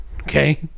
Okay